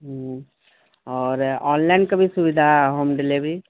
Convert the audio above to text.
اور online کا بھی سویدھا ہوم ڈلیوری